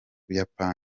buyapani